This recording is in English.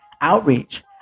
outreach